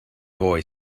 boy